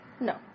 No